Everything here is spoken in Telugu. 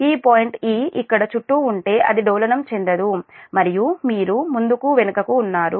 ఈ పాయింట్ 'e' ఇక్కడ చుట్టూ ఉంటే అది డోలనం చెందదు మరియు మీరు ముందుకు వెనుకకు ఉన్నారు